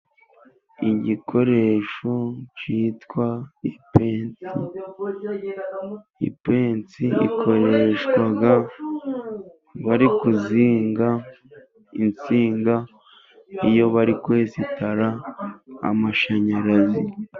Igikoresho cyitwa ipensi. Ipensi ikoreshwa bari kuzinga insinga, iyo bari kwesitara amashanyarazi.